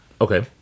Okay